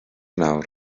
nawr